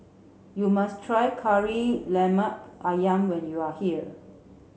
you must try Kari Lemak Ayam when you are here